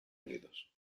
unidos